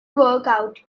workout